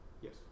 Yes